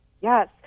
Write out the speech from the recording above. Yes